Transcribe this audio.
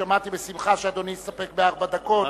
שמעתי בשמחה שאדוני יסתפק בארבע דקות.